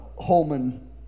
Holman